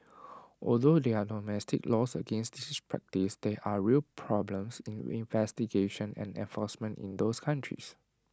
although there are domestic laws against this practice there are real problems in investigation and enforcement in those countries